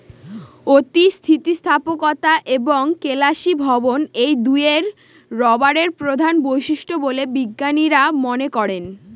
অতি স্থিতিস্থাপকতা এবং কেলাসীভবন এই দুইই রবারের প্রধান বৈশিষ্ট্য বলে বিজ্ঞানীরা মনে করেন